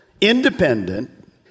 independent